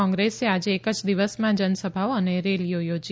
કોંગ્રેસે આજે એક જ દિવસમાં જનસભાઓ અને રેલીઓ યોજી